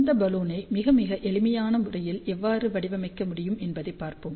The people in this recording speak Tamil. இந்த பலூனை மிக மிக எளிமையான முறையில் எவ்வாறு வடிவமைக்க முடியும் என்பதைப் பார்ப்போம்